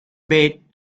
bait